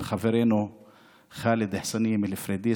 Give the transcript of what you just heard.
עם חברנו חאלד חסנייה מפוריידיס,